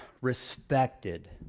respected